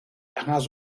has